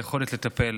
את היכולת לטפל,